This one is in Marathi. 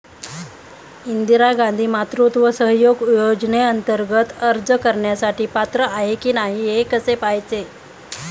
इंदिरा गांधी मातृत्व सहयोग योजनेअंतर्गत अर्ज करण्यासाठी पात्र आहे की नाही हे कसे पाहायचे?